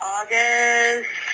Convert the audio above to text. August